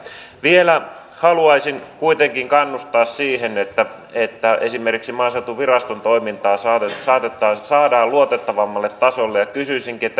vielä haluaisin kuitenkin kannustaa siihen että että esimerkiksi maaseutuviraston toimintaa saadaan luotettavammalle tasolle ja kysyisinkin